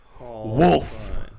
Wolf